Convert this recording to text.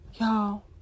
y'all